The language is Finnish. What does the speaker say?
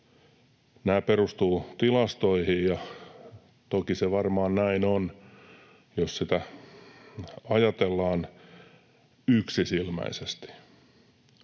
Nämä perustuvat tilastoihin, ja toki se varmaan näin on, jos sitä ajatellaan yksisilmäisesti.